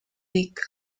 league